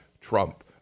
Trump